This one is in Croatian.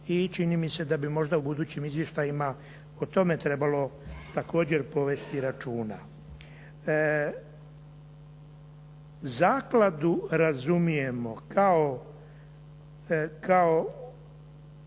i čini mi se da bi možda u budućim izvještajima o tome trebalo također povesti računa. Zakladu razumijemo kao